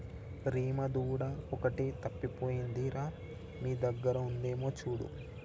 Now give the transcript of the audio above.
రీమా దూడ ఒకటి తప్పిపోయింది రా మీ దగ్గర ఉందేమో చూడు